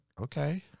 okay